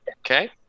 Okay